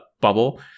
bubble